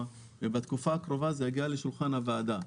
ובתקופה הקרובה זה יגיע לשולחן הוועדה.